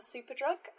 Superdrug